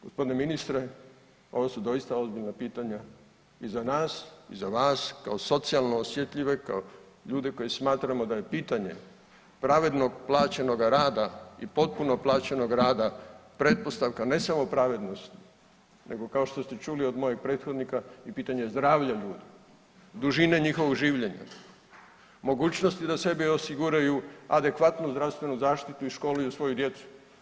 Gospodine ministre, ovo su doista ozbiljna pitanja i za nas i za vas kao socijalno osjetljive, kao ljude koje smatramo da je pitanje pravednog plaćenoga rada i potpuno plaćenog rada pretpostavka ne samo pravednosti nego kao što ste čuli od mojih prethodnika i pitanje zdravlja ljudi, dužine njihovog življenja , mogućnosti da sebi osiguraju adekvatnu zdravstvenu zaštitu i školuju svoju djecu.